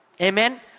Amen